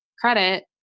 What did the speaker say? credit